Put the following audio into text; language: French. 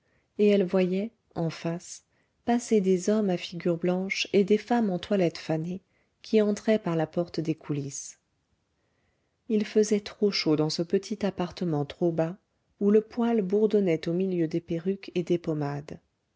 et elle voyait en face passer des hommes à figure blanche et des femmes en toilette fanée qui entraient par la porte des coulisses il faisait chaud dans ce petit appartement trop bas où le poêle bourdonnait au milieu des perruques et des pommades